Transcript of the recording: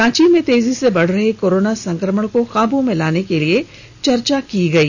रांची में तेजी से बढ़ रहे कोरोना संक्रमण को काबू में लाने पर चर्चा हई